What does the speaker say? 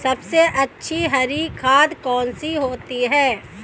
सबसे अच्छी हरी खाद कौन सी होती है?